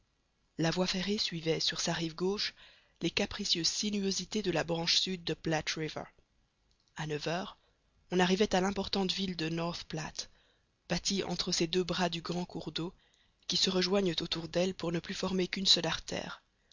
la voie ferrée suivait sur sa rive gauche les capricieuses sinuosités de la branche sud de platte river a neuf heures on arrivait à l'importante ville de north platte bâtie entre ces deux bras du grand cours d'eau qui se rejoignent autour d'elle pour ne plus former qu'une seule artère